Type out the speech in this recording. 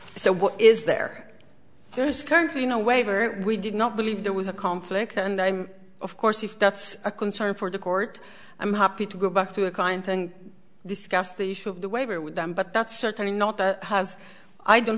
there there is currently no waiver we did not believe there was a conflict and i'm of course if that's a concern for the court i'm happy to go back to a client and discuss the issue of the waiver with them but that's certainly not the has i don't